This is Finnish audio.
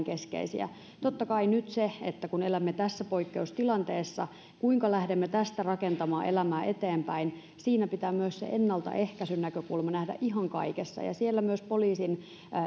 keskeisiä totta kai nyt kun elämme tässä poikkeustilanteessa niin siinä kuinka lähdemme tästä rakentamaan elämää eteenpäin pitää myös se ennaltaehkäisyn näkökulma nähdä ihan kaikessa ja siellä myös poliisin